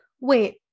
Wait